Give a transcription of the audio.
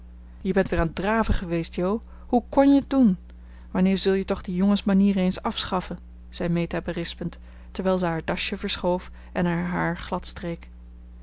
je bent weer aan t draven geweest jo hoe kon je het doen wanneer zul je toch die jongensmanieren eens afschaffen zei meta berispend terwijl ze haar dasje verschoof en haar haar